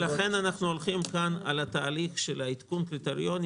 לכן אנחנו הולכים כאן על תהליך של עדכון קריטריונים